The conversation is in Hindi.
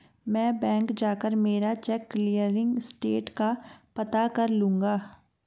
मैं बैंक जाकर मेरा चेक क्लियरिंग स्टेटस का पता कर लूँगा